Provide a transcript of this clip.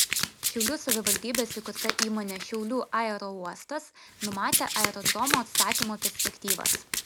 šiaulių savivaldybės įkurta įmonė šiaulių aerouostas numatė aerodromo atstatymo perspektyvas